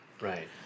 right